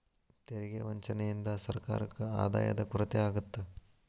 ತೆರಿಗೆ ವಂಚನೆಯಿಂದ ಸರ್ಕಾರಕ್ಕ ಆದಾಯದ ಕೊರತೆ ಆಗತ್ತ